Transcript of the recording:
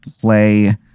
play